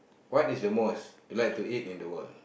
what is the most you like to eat in the world